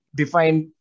defined